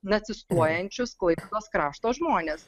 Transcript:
nacistuojanius klaipėdos krašto žmones